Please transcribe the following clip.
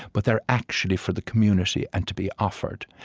but they are actually for the community and to be offered.